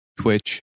Twitch